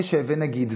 נשב ונגיד,